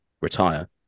retire